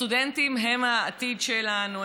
הסטודנטים הם העתיד שלנו,